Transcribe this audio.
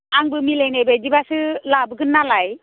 आंबो मिलायनाय बायदिब्लासो लाबोगोन नालाय